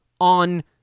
on